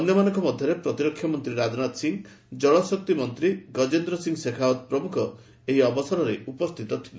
ଅନ୍ୟମାନଙ୍କ ମଧ୍ୟରେ ପ୍ରତିରକ୍ଷାମନ୍ତ୍ରୀ ରାଜନାଥ ସିଂ ଜଳଶକ୍ତି ମନ୍ତ୍ରୀ ଗଜେନ୍ଦ୍ର ସିଂ ଶେଖାଓ୍ୱତ ପ୍ରମୁଖ ଏହି ଅବସରରେ ଉପସ୍ଥିତ ଥିଲେ